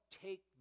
take